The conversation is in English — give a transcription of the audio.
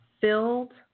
filled